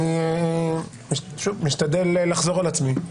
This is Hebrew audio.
אני משתדל לחזור על עצמי.